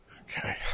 Okay